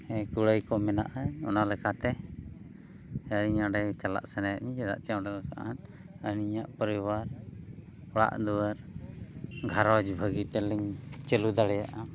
ᱦᱮᱸ ᱠᱩᱲᱟᱹᱭ ᱠᱚ ᱢᱮᱱᱟᱜᱼᱟ ᱚᱱᱟ ᱞᱮᱠᱟᱛᱮ ᱟᱹᱞᱤᱧ ᱚᱸᱰᱮ ᱪᱟᱞᱟᱜ ᱥᱟᱱᱟᱭᱮᱫ ᱞᱤᱧᱟ ᱪᱮᱫᱟᱜ ᱥᱮ ᱚᱸᱰᱮ ᱟᱨ ᱤᱧᱟᱹᱜ ᱯᱚᱨᱤᱵᱟᱨ ᱚᱲᱟᱜ ᱫᱩᱣᱟᱹᱨ ᱜᱷᱟᱨᱚᱸᱡᱽ ᱵᱷᱟᱹᱜᱤ ᱛᱮᱞᱤᱧ ᱪᱟᱹᱞᱩ ᱫᱟᱲᱮᱭᱟᱜᱼᱟ